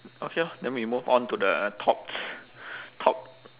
okay orh then we move on to the tot~ top